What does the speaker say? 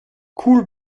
cool